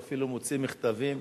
הוא אפילו מוציא מכתבים